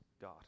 God